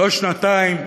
לא שנתיים,